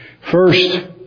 First